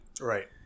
Right